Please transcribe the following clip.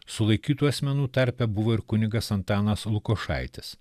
sulaikytų asmenų tarpe buvo ir kunigas antanas lukošaitis